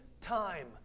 time